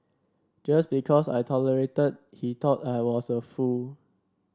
just because I tolerated he thought I was a fool